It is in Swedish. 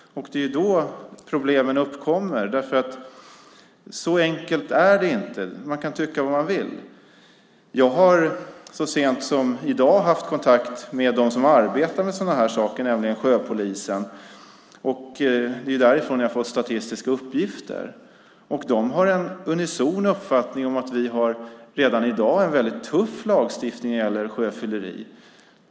Det är då som problemen uppkommer. Så enkelt är det nämligen inte. Man kan tycka vad man vill. Jag har så sent som i dag haft kontakt med dem som arbetar med detta, nämligen sjöpolisen, och det är därifrån som jag har fått statistiska uppgifter. Sjöpolisen har en unison uppfattning om att vi redan i dag har en väldigt tuff lagstiftning när det gäller sjöfylleri.